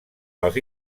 els